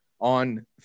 on